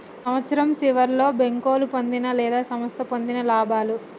సంవత్సరం సివర్లో బేంకోలు పొందిన లేదా సంస్థ పొందిన లాభాలు